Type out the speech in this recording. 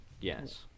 Yes